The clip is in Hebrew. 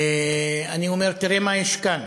אני אומר, תראו מה יש כאן,